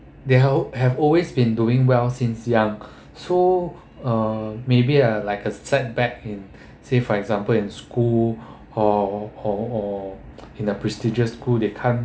they uh have always been doing well since young so uh maybe uh like a setback in say for example in school or or or in a prestigious school they can't